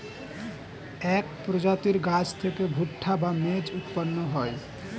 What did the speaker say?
এক প্রজাতির গাছ থেকে ভুট্টা বা মেজ উৎপন্ন হয়